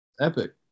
Epic